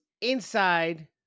inside